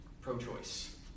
pro-choice